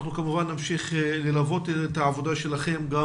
אנחנו כמובן נמשיך ללוות את העבודה שלכם גם